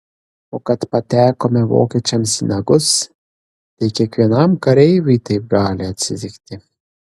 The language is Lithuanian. o kad patekome vokiečiams į nagus tai kiekvienam kareiviui taip gali atsitikti